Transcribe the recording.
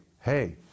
hey